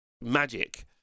magic